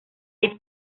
hyde